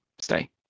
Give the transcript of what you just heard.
stay